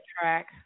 track